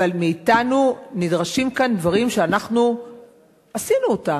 מאתנו נדרשים כאן דברים שאנחנו עשינו אותם.